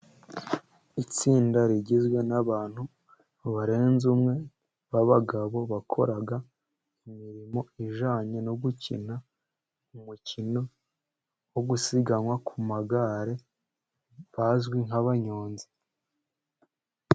Itsinda rigizwe n'abantu barenze umwe b'abagabo, bakora imirimo ijyananye no gukina umukino wo gusiganwa ku magare, bazwi nk'abanyonzi.